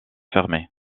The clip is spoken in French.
fermée